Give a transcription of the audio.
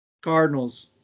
Cardinals